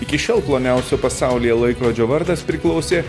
iki šiol ploniausio pasaulyje laikrodžio vardas priklausė